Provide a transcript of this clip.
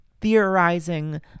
Theorizing